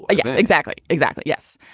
ah yeah exactly. exactly. yes.